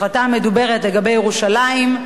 ההחלטה המדוברת לגבי ירושלים,